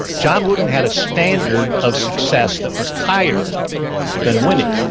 john wooden had a standard of success that was higher than winning.